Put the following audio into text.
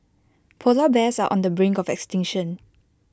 Polar Bears are on the brink of extinction